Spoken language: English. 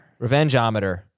Revengeometer